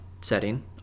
setting